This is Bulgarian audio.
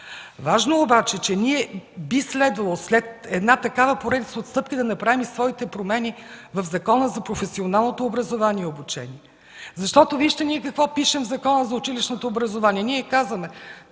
Важно е обаче, че ние би следвало след една такава поредица от стъпки да направим своите промени в Закона за професионалното образование и обучение. Вижте какво пишем ние в Закона за училищното образование? Ние казваме